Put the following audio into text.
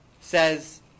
says